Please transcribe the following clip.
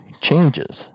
changes